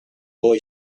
boy